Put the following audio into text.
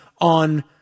on